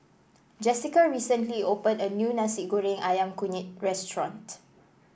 Jessica recently open a new Nasi Goreng ayam kunyit restaurant